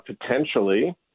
potentially